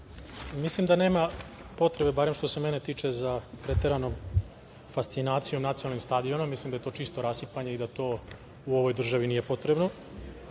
lepo. Mislim da nema potrebe, barem što se mene tiče za preteranom fascinacijom nacionalnim stadionom, mislim da je to čisto rasipanje i da to ovoj državi nije potrebno.